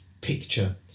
picture